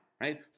right